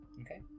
Okay